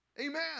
Amen